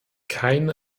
keine